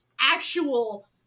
actual